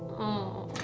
oh